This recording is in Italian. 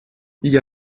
gli